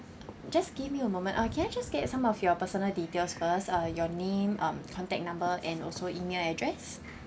just give me a moment uh can I just get some of your personal details first uh your name um contact number and also email address